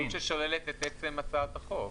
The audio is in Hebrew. זה שולל את עצם הצעת החוק.